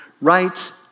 right